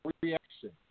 reaction